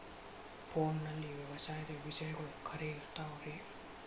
ಫೋನಲ್ಲಿ ವ್ಯವಸಾಯದ ವಿಷಯಗಳು ಖರೇ ಇರತಾವ್ ರೇ?